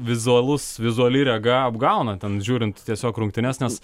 vizualus vizuali rega apgauna ten žiūrint tiesiog rungtynes nes